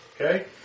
Okay